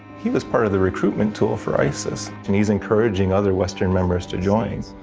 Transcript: he was part of the recruitment tool for isis and he was encouraging other western members to join.